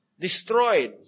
destroyed